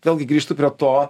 vėlgi grįžtu prie to